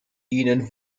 ihnen